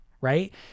right